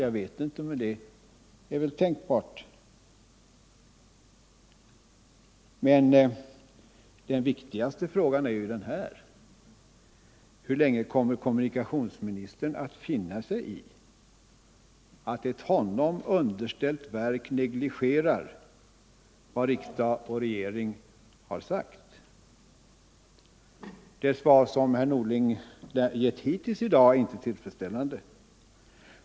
Jag vet inte, men det är tänkbart. Den viktigaste frågan är: Hur länge kommer kommunikationsministern att finna sig i att ett honom underställt verk negligerar vad riksdag och regering har sagt? Det svar herr Norling lämnat hittills i dag är inte tillfredsställande.